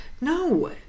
No